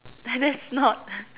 uh and that's not